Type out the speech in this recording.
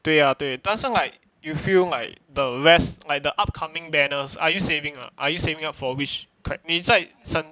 对呀对但是 like you feel like the rest like the upcoming banners are you saving or not are you saving up for which charac~ 你在省